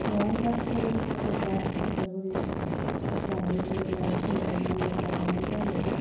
गथ'आ हथाथ करि गथ'फ्रा हथाथ करि जानाय बियोब्ला संब्रबनानै जाहोनाय जायो